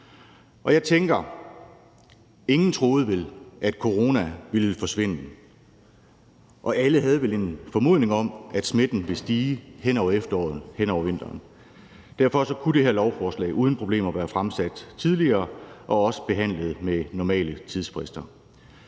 Jeg tænker, at ingen vel troede, at corona ville forsvinde, og alle havde vel en formodning om, at smitten ville stige hen over efteråret og vinteren. Derfor kunne det her lovforslag uden problemer have været fremsat tidligere og også behandlet med normale tidsfrister.